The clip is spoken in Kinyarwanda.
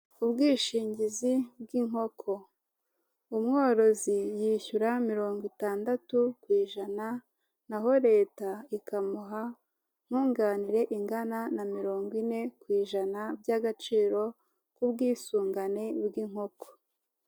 Ubwishingizi bw'inkoko umworozi yishyura mirongo itandatu ku ijana naho leta ikamuha nkungani ingana na mirongo ine ku ijana by'agaciro k'ubwisungane bw'inkoko.